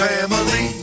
Family